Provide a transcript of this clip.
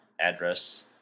address